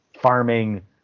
farming